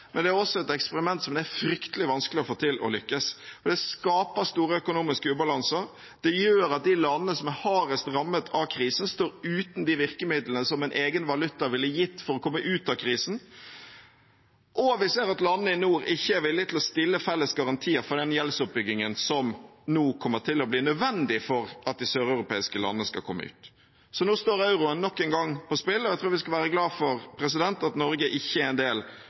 men det er et eksperiment som er fryktelig vanskelig å få til å lykkes. Det skaper stor økonomisk ubalanse. Det gjør at de landene som er hardest rammet av krisen, står uten de virkemidlene som en egen valuta ville gitt for å kunne komme ut av krisen. Og vi ser at landene i nord ikke er villige til å stille felles garantier for den gjeldsoppbyggingen som nå kommer til å bli nødvendig for at de søreuropeiske landene skal komme ut. Så nå står euroen nok en gang på spill. Jeg tror vi skal være glad for at Norge ikke er en del